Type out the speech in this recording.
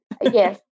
yes